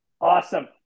Awesome